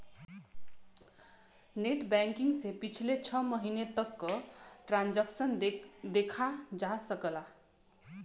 net banking से पिछले छः महीने तक क ट्रांसैक्शन देखा जा सकला